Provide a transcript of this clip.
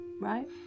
Right